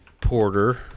porter